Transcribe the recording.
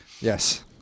Yes